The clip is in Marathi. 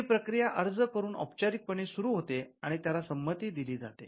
ही प्रक्रिया अर्ज करून औपचारिकपणे सुरू होते आणि त्याला संमती दिली जाते